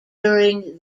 during